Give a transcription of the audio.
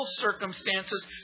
circumstances